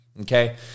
Okay